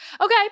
Okay